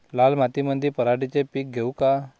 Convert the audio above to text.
लाल मातीमंदी पराटीचे पीक घेऊ का?